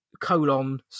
colon